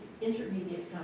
intermediate